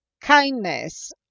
kindness